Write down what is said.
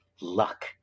luck